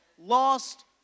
lost